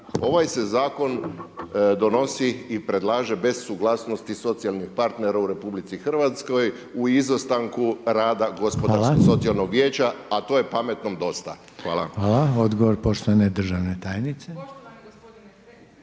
ovaj se zakon donosi i predlaže bez suglasnosti socijalnih partnera u Republici Hrvatskoj u izostanku rada Gospodarsko-socijalnoj vijeća, a to je pametnom dosta. Hvala. **Reiner, Željko (HDZ)** Hvala. Odgovor poštovane državne tajnice.